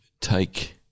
take